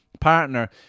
partner